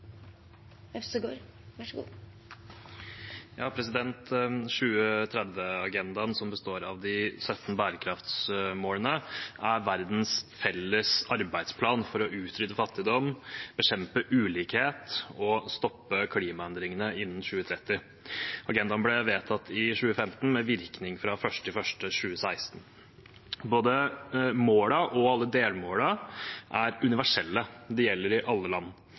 å utrydde fattigdom, bekjempe ulikhet og stoppe klimaendringene innen 2030. Agendaen ble vedtatt i 2015 med virkning fra 1. januar 2016. Både målene og alle delmålene er universelle, de gjelder i alle land.